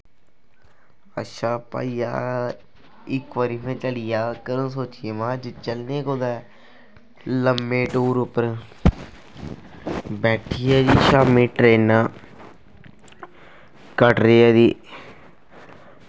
अच्छा भाइया इक बारी में चली गेआ घरों सोचियै महां अज्ज चलने आं कुदै लम्में टूर उप्पर बैठी गेआ जी शाम्मी ट्रेना कटरे दी